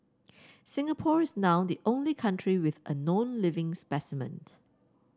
Singapore is now the only country with a known living